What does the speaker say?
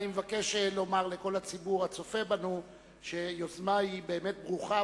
אני מבקש לומר לכל הציבור הצופה בנו שהיוזמה היא באמת ברוכה,